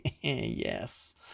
Yes